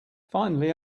finally